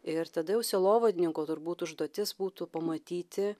ir tada jau sielovadininko turbūt užduotis būtų pamatyti